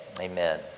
amen